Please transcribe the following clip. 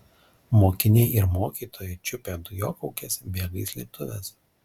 mokiniai ir mokytojai čiupę dujokaukes bėga į slėptuves